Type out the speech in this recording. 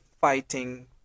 fighting